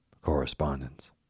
Correspondence